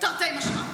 תרתי משמע.